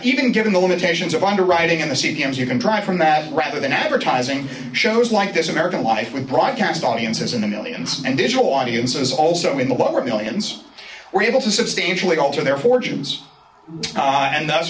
even given the limitations of underwriting and the cpm you can try from that rather than advertising shows like this american life with broadcast audiences in the millions and digital audiences also in the lower millions were able to substantially alter their fortunes and th